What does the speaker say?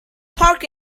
park